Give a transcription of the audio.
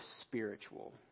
spiritual